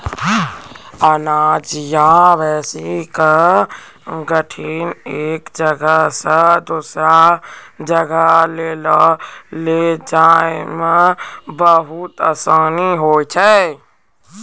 अनाज या भूसी के गठरी एक जगह सॅ दोसरो जगह लानै लै जाय मॅ बहुत आसानी होय छै